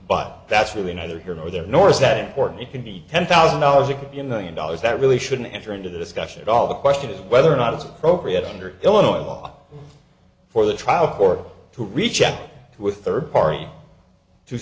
but that's really neither here nor there nor is that important it can be ten thousand dollars it could be a million dollars that really shouldn't enter into the discussion at all the question is whether or not it's appropriate under illinois law for the trial court to reach out with third party to